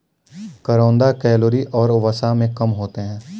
करौंदा कैलोरी और वसा में कम होते हैं